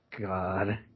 God